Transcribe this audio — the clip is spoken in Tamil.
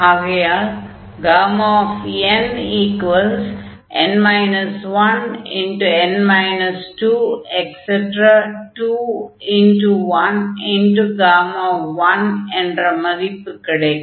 ஆகையால் nn 1n 22Γ என்ற மதிப்பு கிடைக்கும்